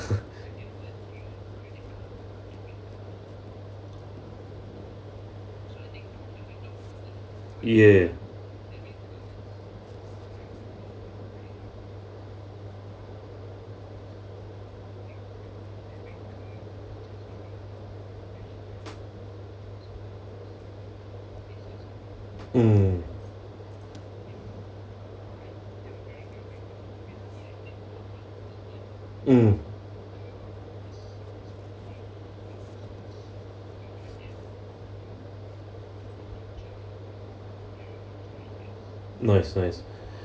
ya mm mm nice nice